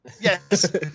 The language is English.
Yes